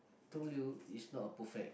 told you is not a perfect